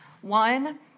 One